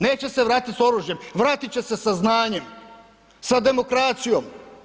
Neće se vratit s oružjem, vratit će se sa znanjem, sa demokracijom.